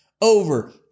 over